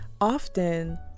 often